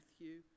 Matthew